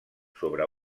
sobre